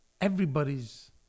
everybody's